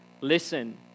listen